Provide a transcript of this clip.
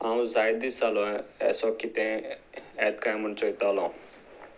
हांव जायत दीस जलो एसो कितें येता काय म्हूण चोयतलो